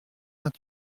vingt